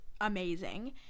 amazing